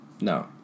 No